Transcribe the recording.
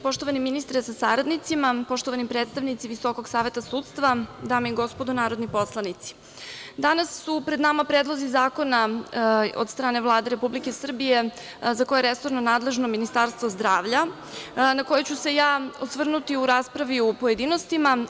Poštovani ministre sa saradnicima, poštovani predstavnici VSS, dame i gospodo narodni poslanici, danas su pred nama predlozi zakona od strane Vlade Republike Srbije za koje je resorno nadležno Ministarstvo zdravlja, a na koje ću se ja osvrnuti u raspravi u pojedinostima.